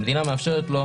המדינה מאפשרת לו,